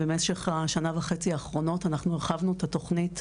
במשך השנה וחצי האחרונות אנחנו הרחבנו את התוכנית,